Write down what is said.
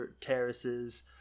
terraces